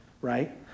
right